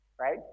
Right